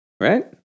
right